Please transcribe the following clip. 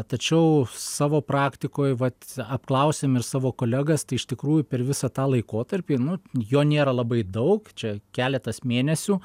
tačiau savo praktikoj vat apklausėm ir savo kolegas tai iš tikrųjų per visą tą laikotarpį nu jo nėra labai daug čia keletas mėnesių